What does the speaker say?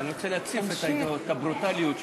לא, אני רוצה להציף את הברוטליות שלה.